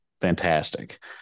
fantastic